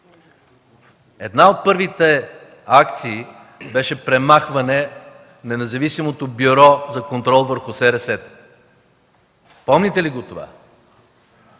Една от първите акции беше премахване на независимото бюро за контрол върху СРС-тата. Помните ли го това